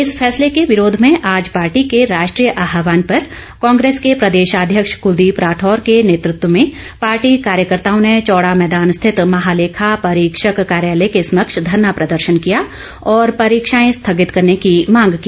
इस फैसले के विरोध में आज पार्टी के राष्ट्रीय आहवान पर कांग्रेस के प्रदेशाध्यक्ष कलदीप राठौर के नेतृत्व में पार्टी कार्यकर्ताओं ने चौड़ा मैदान स्थित महालेखा परीक्षक कार्यालय के समक्ष धरना प्रदर्शन किया और परीक्षाएं स्थगित करने की मांग की